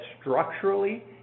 structurally